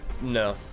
No